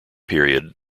period